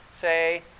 say